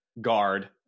guard